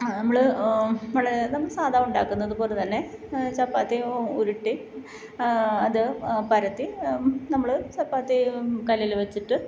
നമ്മൾ നമ്മൾ സാധാ ഉണ്ടാക്കുന്നതുപോലെത്തന്നെ ചപ്പാത്തി ഉരുട്ടി അത് പരത്തി നമ്മൾ ചപ്പാത്തി കല്ലിൽ വെച്ചിട്ട്